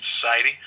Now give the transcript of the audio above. Society